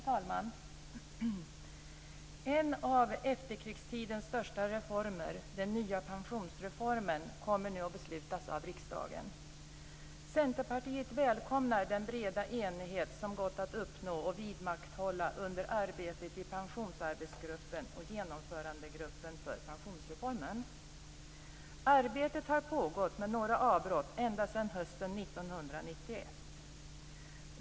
Herr talman! En av efterkrigstidens största reformer, den nya pensionsreformen, kommer nu att beslutas av riksdagen. Centerpartiet välkomnar den breda enighet som gått att uppnå och vidmakthålla under arbetet i pensionsarbetsgruppen och genomförandegruppen för pensionsreformen. Arbetet har pågått med några avbrott ända sedan hösten 1991.